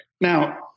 Now